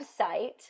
website